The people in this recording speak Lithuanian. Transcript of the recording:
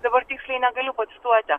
dabar tiksliai negaliu pacituoti